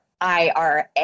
IRA